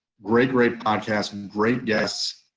great, great podcast and great guests.